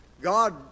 God